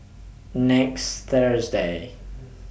next Thursday